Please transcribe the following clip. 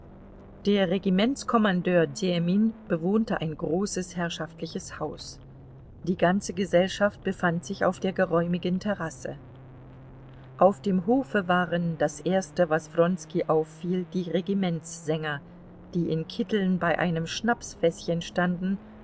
der regimentskommandeur demin bewohnte ein großes herrschaftliches haus die ganze gesellschaft befand sich auf der geräumigen terrasse auf dem hofe waren das erste was wronski auffiel die regimentssänger die in kitteln bei einem schnapsfäßchen standen